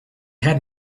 had